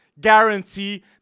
guarantee